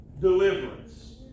deliverance